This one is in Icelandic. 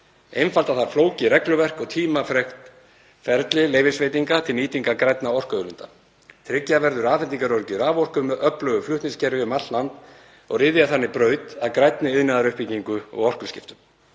Einfalda þarf flókið regluverk og tímafrekt ferli leyfisveitinga til nýtingar grænna orkuauðlinda. Tryggja verður afhendingaröryggi raforku með öflugu flutningskerfi um allt land og ryðja þannig braut að grænni iðnaðaruppbyggingu og orkuskiptum.